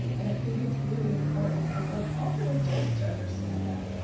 um and i think it's really important for like also adults to understand that.